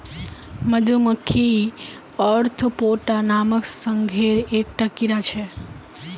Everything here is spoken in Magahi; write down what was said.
मधुमक्खी ओर्थोपोडा नामक संघेर एक टा कीड़ा छे